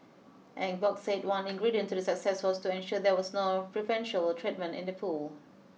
Eng Bock said one ingredient to the success was to ensure there was nor preferential treatment in the pool